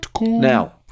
Now